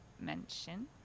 mention